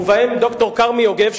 ובהם ד"ר כרמי יוגב,